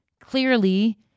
clearly